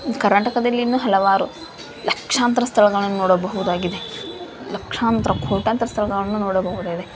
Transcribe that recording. ಕರ್ನಾಟಕದಲ್ಲಿನ ಹಲವಾರು ಲಕ್ಷಾಂತರ ಸ್ಥಳಗಳನ್ನು ನೋಡಬಹುದಾಗಿದೆ ಲಕ್ಷಾಂತರ ಕೋಟ್ಯಂತರ ಸ್ಥಳಗಳನ್ನು ನೋಡಬಹುದಾಗಿದೆ